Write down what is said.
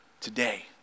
today